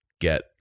get